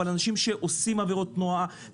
אבל אנשים שעושים עבירות תנועה,